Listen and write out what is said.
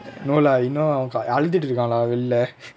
no lah இன்னும் அவ அழுதுட்டு இருக்கா:innum ava aluthuttu irukkaa lah வெளில:velila